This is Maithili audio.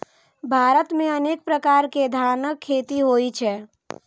भारत मे अनेक प्रकार के धानक खेती होइ छै